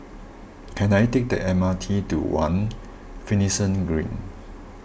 can I take the M R T to one Finlayson Green